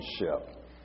relationship